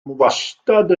wastad